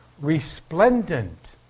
resplendent